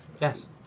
Yes